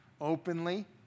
openly